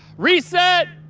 reset.